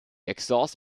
exhaust